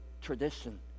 tradition